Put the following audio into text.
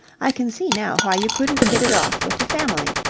i can see now why you couldn't hit it off with the family.